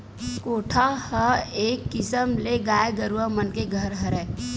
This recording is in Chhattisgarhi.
कोठा ह एक किसम ले गाय गरुवा मन के घर हरय